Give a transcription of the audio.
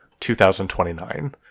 2029